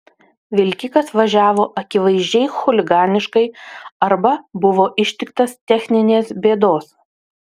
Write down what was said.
vilkikas važiavo akivaizdžiai chuliganiškai arba buvo ištiktas techninės bėdos